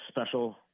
special